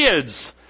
kids